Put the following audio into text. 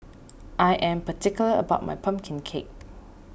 I am particular about my Pumpkin Cake